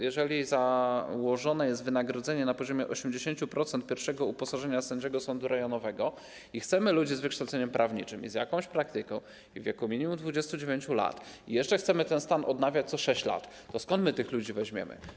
Jeżeli założone jest wynagrodzenie na poziomie 80% pierwszego uposażenia sędziego sądu rejonowego i chcemy ludzi z wykształceniem prawniczym, z jakąś praktyką i w wieku minimum 29 lat, i jeszcze chcemy ten stan odnawiać co 6 lat, to skąd my tych ludzi weźmiemy?